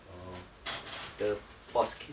oh kita pause k~